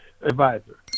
advisor